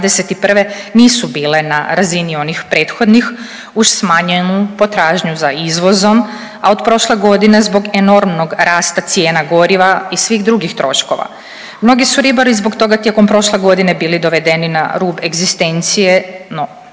nisu bile na razini onih prethodnih uz smanjenu potražnju za izvozom, a od prošle godine zbog enormnog rasta cijena goriva i svih drugih troškova. Mnogi su ribari zbog toga tijekom prošle godine bili dovedeni na rub egzistencije no